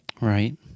Right